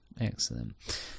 excellent